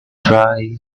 try